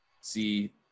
see